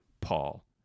Paul